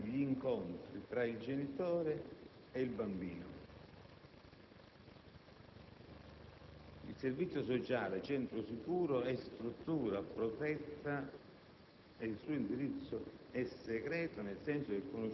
Peraltro, venivano organizzati gli incontri tra il genitore e il bambino. Il servizio sociale "Centro Sicuro" è struttura protetta